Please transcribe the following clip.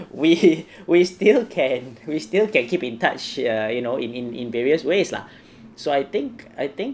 we we still can we still can keep in touch err you know in in in various ways lah so I think I think